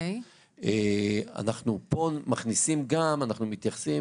פה אנחנו גם מתייחסים,